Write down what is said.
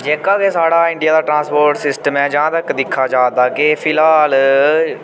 जेह्का की साढ़ा इंडिया दा ट्रांसपोर्ट सिस्टम ऐ जां तक दिक्खा जा दा ते फिलहाल